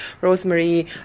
rosemary